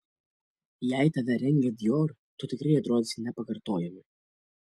jei tave rengia dior tu tikrai atrodysi nepakartojamai